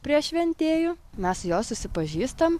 prie šventėjų mes su juo susipažįstam